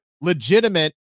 legitimate